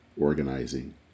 organizing